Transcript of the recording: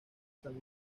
san